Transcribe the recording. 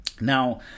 Now